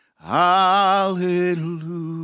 Hallelujah